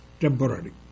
temporary